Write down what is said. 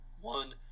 one